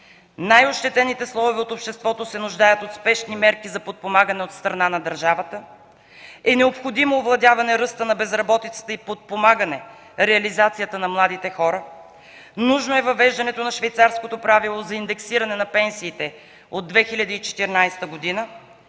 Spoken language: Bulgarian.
най-ощетените слоеве от обществото се нуждаят от спешни мерки за подпомагане от страна на държавата; - е необходимо овладяване ръста на безработицата и подпомагане реализацията на младите хора; - е нужно въвеждането на швейцарското правило за индексиране на пенсиите от 2014 г.;